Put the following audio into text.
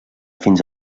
fins